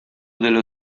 dello